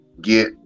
get